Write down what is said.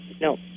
no